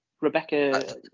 Rebecca